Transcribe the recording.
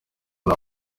nta